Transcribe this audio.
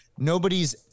nobody's